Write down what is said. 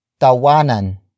Tawanan